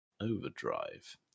overdrive